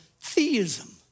theism